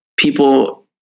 People